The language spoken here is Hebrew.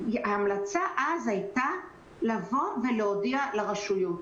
ההמלצה אז הייתה להודיע לרשויות.